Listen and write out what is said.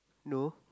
no